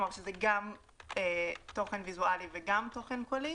כלומר שזה גם תוכן ויזואלי וגם תוכן קולי,